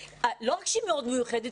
לא רק שהיא מאוד מיוחדת,